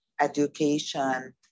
education